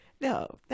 No